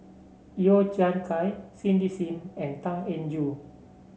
Yeo Chai Kian Cindy Sim and Tan Eng Joo